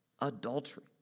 adultery